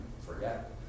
Forget